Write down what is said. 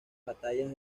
batallas